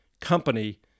company